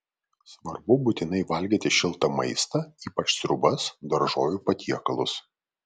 svarbu būtinai valgyti šiltą maistą ypač sriubas daržovių patiekalus